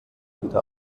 wieder